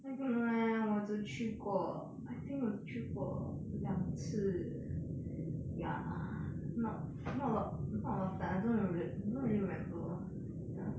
eh 不懂 leh 我只去过 I think 我去过两次 ya not not a lot not a lot of times I don't remember that don't really remember ya